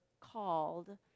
called